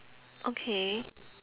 okay